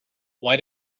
why